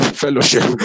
fellowship